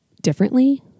differently